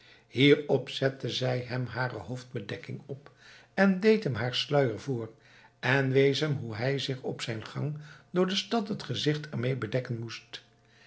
hierop zette zij hem hare hoofdbedekking op en deed hem haar sluier voor en wees hem hoe hij zich op zijn gang door de stad het gezicht ermee bedekken moest